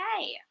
okay